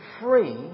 free